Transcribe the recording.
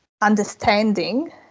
understanding